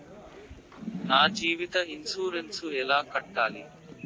నా జీవిత ఇన్సూరెన్సు ఎలా కట్టాలి?